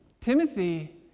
Timothy